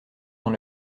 dans